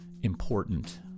important